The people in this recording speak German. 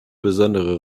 besondere